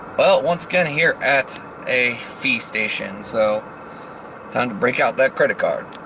well, once again here at a fee station so time to break out that credit card.